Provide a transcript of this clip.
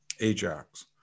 Ajax